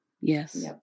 Yes